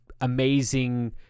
amazing